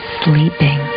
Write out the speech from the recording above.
sleeping